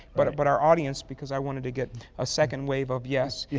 but but our audience because i wanted to get a second wave of yes, yeah